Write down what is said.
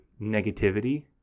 negativity